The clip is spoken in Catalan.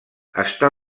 està